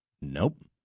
Nope